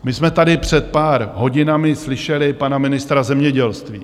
My jsme tady před pár hodinami slyšeli pana ministra zemědělství.